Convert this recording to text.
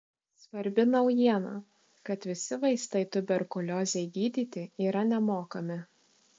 svarbi naujiena kad visi vaistai tuberkuliozei gydyti yra nemokami